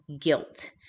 Guilt